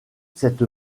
cette